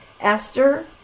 Esther